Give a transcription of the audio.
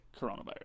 coronavirus